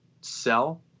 sell